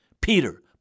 Peter